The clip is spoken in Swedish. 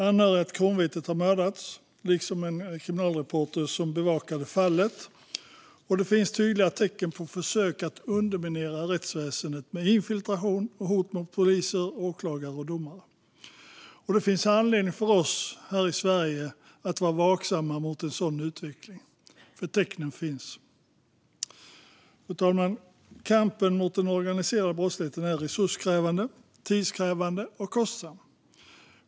Anhöriga till kronvittnet har mördats liksom en kriminalreporter som bevakade fallet, och det finns tydliga tecken på försök att underminera rättsväsendet med infiltration och hot mot poliser, åklagare och domare. Det finns anledning för oss här i Sverige att vara vaksamma mot en sådan utveckling - tecknen finns. Fru talman! Kampen mot den organiserade brottsligheten är resurskrävande, tidskrävande och kostsam.